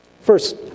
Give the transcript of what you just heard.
First